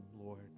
Lord